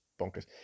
bonkers